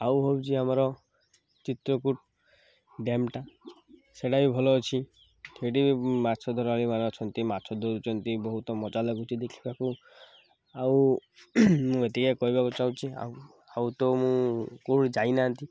ଆଉ ହେଉଛି ଆମର ଚିତ୍ରକୁଟ୍ ଡ୍ୟାମ୍ଟା ସେଇଟା ବି ଭଲ ଅଛି ସେଇଠି ବି ମାଛ ଧରାଳି ମାନେ ଅଛନ୍ତି ମାଛ ଧରୁଛନ୍ତି ବହୁତ ମଜା ଲାଗୁଛି ଦେଖିବାକୁ ଆଉ ମୁଁ ଏତିକି କହିବାକୁ ଚାହୁଁଛି ଆଉ ଆଉ ତ ମୁଁ କେଉଁଠି ଯାଇନାହାନ୍ତି